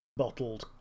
Bottled